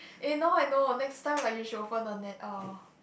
eh now I know next time like you should open the net uh